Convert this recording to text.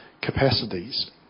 capacities